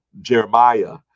Jeremiah